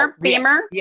Beamer